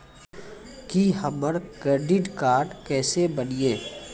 की हमर credit card केसे बनिये?